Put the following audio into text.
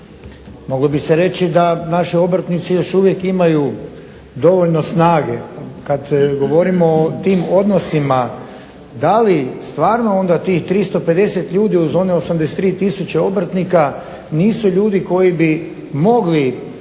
Moglo bi se reći da naši obrtnici još uvijek imaju dovoljno snage kad govorimo o tim odnosima da li stvarno onda tih 350 ljudi uz one 83 tisuće obrtnika nisu ljudi koji bi mogli